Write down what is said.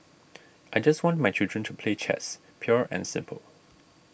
I just want my children to play chess pure and simple